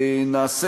נעשה